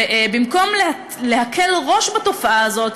ובמקום להקל בתופעה הזאת,